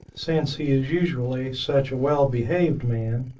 since he is usually such a well-behaved man,